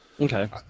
Okay